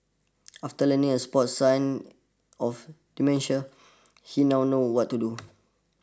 after learning a spot sign of dementia he now knows what to do